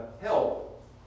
help